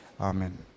Amen